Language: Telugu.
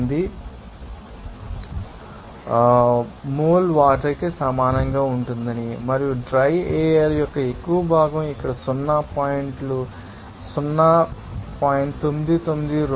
008 మోల్ వాటర్ కి సమానంగా ఉంటుంది మరియు డ్రై ఎయిర్ యొక్క ఎక్కువ భాగం ఇక్కడ సున్నా పాయింట్లు 0